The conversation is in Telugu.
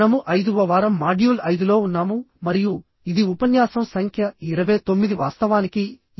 మనము 5 వ వారం మాడ్యూల్ 5 లో ఉన్నాము మరియు ఇది ఉపన్యాసం సంఖ్య 29 వాస్తవానికి ఈ వారం చివరి ఉపన్యాసం